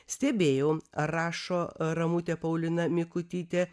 stebėjau rašo ramutė paulina mikutytė